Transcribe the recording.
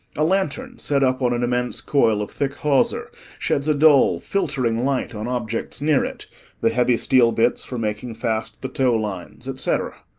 a lantern set up on an immense coil of thick hawser sheds a dull, filtering light on objects near it the heavy steel bits for making fast the tow lines, etc.